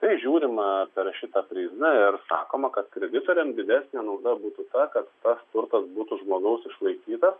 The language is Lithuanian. tai žiūrima per šitą prizmę ir sakoma kad kreditoriams didesnė nauda būtų ta kad tas turtas būtų žmogau išlaikytas